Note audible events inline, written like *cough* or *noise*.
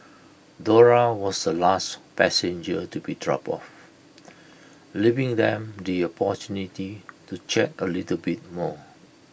Dora was the last passenger to be dropped off *noise* leaving them the opportunity *noise* to chat A little bit more